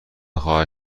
خواهد